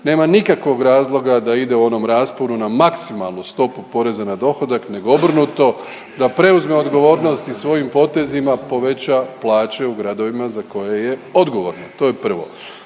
nema nikakvog razloga da ide u onom rasponu na maksimalnu stopu poreza na dohodak, nego obrnuto, da preuzme odgovornost i svojim potezima poveća plaće u gradovima za koje je odgovorna. To je prvo.